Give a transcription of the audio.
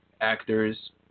actors